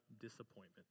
disappointment